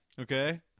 okay